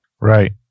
Right